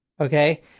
Okay